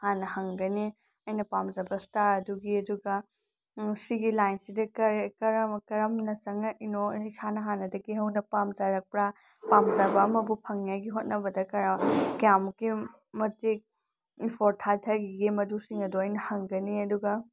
ꯍꯥꯟꯅ ꯍꯪꯒꯅꯤ ꯑꯩꯅ ꯄꯥꯝꯖꯕ ꯏꯁꯇꯥꯔ ꯑꯗꯨꯒꯤ ꯑꯗꯨꯒ ꯁꯤꯒꯤ ꯂꯥꯏꯟꯁꯤꯗ ꯀꯔꯝꯅ ꯆꯪꯉꯛꯏꯅꯣ ꯏꯁꯥꯅ ꯍꯥꯟꯅꯗꯒꯤ ꯍꯧꯅ ꯄꯥꯝꯖꯔꯛꯄ꯭ꯔꯥ ꯄꯥꯝꯖꯕ ꯑꯃꯕꯨ ꯐꯪꯅꯤꯡꯉꯥꯏꯒꯤ ꯍꯣꯠꯅꯕꯗ ꯀꯌꯥꯃꯨꯛꯀꯤ ꯃꯇꯤꯛ ꯑꯦꯐꯣꯔꯠ ꯊꯥꯊꯈꯤꯒꯦ ꯃꯗꯨꯁꯤꯡ ꯑꯗꯣ ꯑꯩꯅ ꯍꯪꯒꯅꯤ ꯑꯗꯨꯒ